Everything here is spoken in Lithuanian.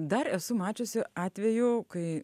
dar esu mačiusi atvejų kai